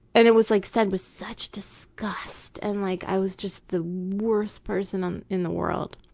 and it was like said with such disgust. and like, i was just the worst person um in the world.